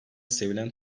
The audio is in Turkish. sevilen